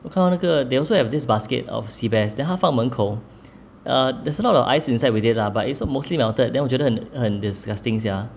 我看到那个 they also have this basket of seabass then 他放门口 err there's a lot of ice inside with it lah but it's mostly melted then 我觉得很很 disgusting sia